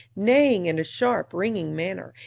neighing in a sharp, ringing manner,